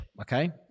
okay